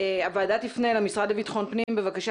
הוועדה תפנה למשרד לביטחון הפנים בבקשה